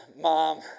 Mom